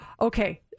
Okay